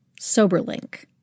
SoberLink